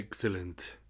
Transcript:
Excellent